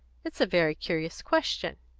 it's a very curious question.